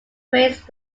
praised